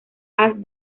haz